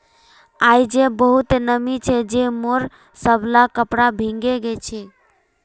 आइज बहुते नमी छै जे मोर सबला कपड़ा भींगे गेल छ